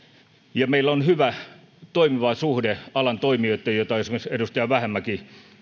ja meillä on hyvä ja toimiva suhde alan toimijoihin esimerkiksi edustaja vähämäki